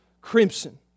crimson